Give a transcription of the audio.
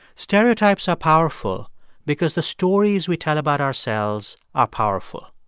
stereotypes are powerful because the stories we tell about ourselves are powerful.